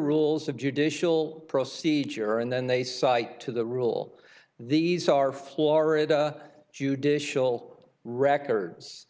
rules of judicial procedure and then they cite to the rule these are florida judicial records